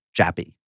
jappy